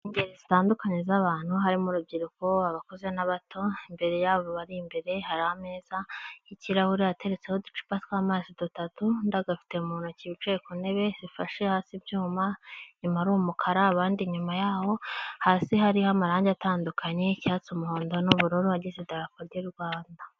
Ingeri zitandukanye z'abantu, harimo urubyiruko, abakuze n'abato, imbere y'abo bari imbere hari ameza y'ikirahure ateretseho uducupa tw'amazi dutatu, undi agafite mu ntoki wicaye ku ntebe zifashe hasi ibyuma, inyuma ari umukara, abandi inyuma y'aho, hasi hariho amarangi atandukanye, icyatsi, umuhondo n'ubururu agize idarapo ry'u Rwanda.